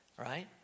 right